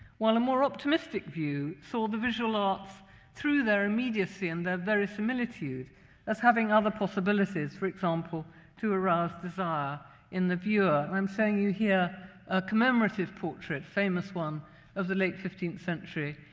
while a more optimistic view saw the visual arts through their immediacy and their verisimilitude as having other possibilities for example, to arouse desire in the viewer. i'm showing you here a commemorative portrait, famous one of the late fifteenth century,